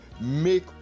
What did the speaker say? Make